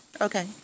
Okay